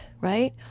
right